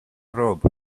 robe